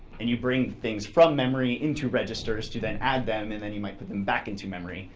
and you bring things from memory into registers to then add them, and then you might put them back into memory,